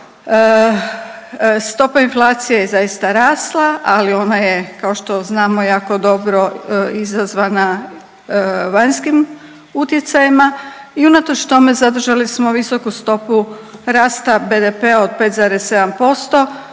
stopa inflacije je zaista rasla, ali ona je kao što znamo jako dobro izazvana vanjskim utjecajima i unatoč tome zadržali smo visoku stopu rasta BDP-a od 5,7%,